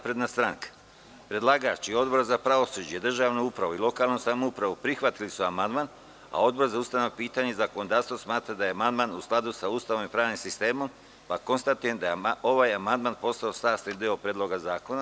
Predlagač i Odbor za pravosuđe, državnu upravu i lokalnu samoupravu, prihvatili su amandman, a Odbor za ustavna pitanja i zakonodavstvo smatra da je amandman u skladu sa Ustavom i pravnim sistemom, pa konstatujem da je ovaj amandman postao sastavni deo Predloga zakona.